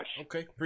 Okay